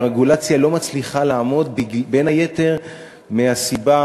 והרגולציה לא מצליחה לעמוד בין היתר מהסיבה